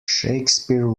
shakespeare